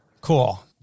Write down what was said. Cool